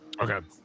okay